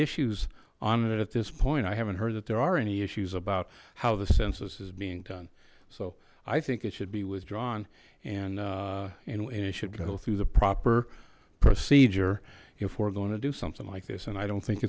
issues on it at this point i haven't heard that there are any issues about how the census is being done so i think it should be withdrawn and you know and it should go through the proper procedure before going to do something like this and i don't think